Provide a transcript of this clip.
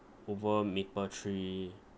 over Mapletree